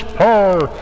power